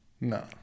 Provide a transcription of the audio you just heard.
No